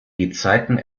gezeiten